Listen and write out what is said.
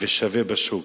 ושווה בשוק.